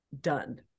done